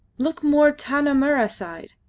look more tanah mirrah side.